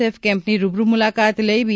F કેમ્પની રૂબરૂ મુલાકાત લઈ બી